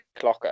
clocker